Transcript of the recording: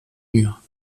murs